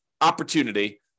opportunity